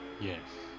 Yes